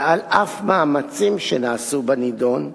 ועל אף מאמצים שנעשו בנדון,